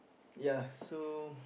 ya so